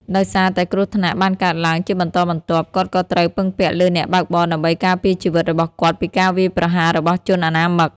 ដោយសារតែគ្រោះថ្នាក់បានកើតឡើងជាបន្តបន្ទាប់ គាត់ក៏ត្រូវពឹងពាក់លើអ្នកបើកបរដើម្បីការពារជីវិតរបស់គាត់ពីការវាយប្រហាររបស់ជនអនាមិក។